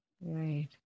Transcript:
Right